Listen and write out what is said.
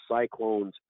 cyclones